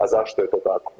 A zašto je to tako?